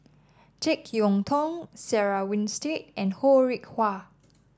JeK Yeun Thong Sarah Winstedt and Ho Rih Hwa